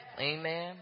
Amen